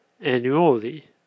annually